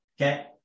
okay